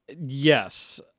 Yes